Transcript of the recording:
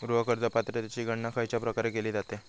गृह कर्ज पात्रतेची गणना खयच्या प्रकारे केली जाते?